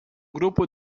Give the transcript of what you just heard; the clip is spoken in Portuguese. grupo